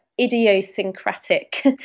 idiosyncratic